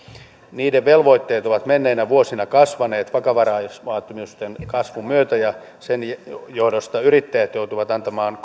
velvoitteet ovat menneinä vuosina kasvaneet vakavaraisuusvaatimusten kasvun myötä sen johdosta yrittäjät joutuvat antamaan